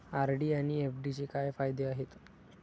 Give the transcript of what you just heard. RD आणि एफ.डीचे काय फायदे आहेत?